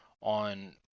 on